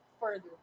further